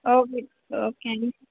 okay okay